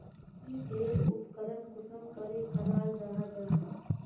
की टेर उपकरण कुंसम करे कराल जाहा जाहा?